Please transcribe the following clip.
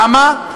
למה?